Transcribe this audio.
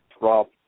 Rob